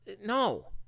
No